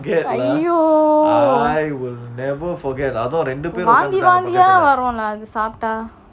!aiyo! வாந்தி வந்திய வரும் அது சாப்பிட:vanthi vanthiya varum athu sapta